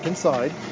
Inside